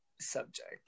subject